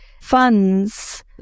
funds